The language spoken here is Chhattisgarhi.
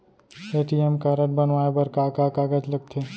ए.टी.एम कारड बनवाये बर का का कागज लगथे?